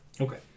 Okay